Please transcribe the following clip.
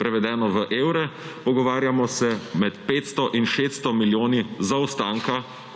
Prevedeno v evre, pogovarjamo se med 500 in 600 milijoni zaostanka,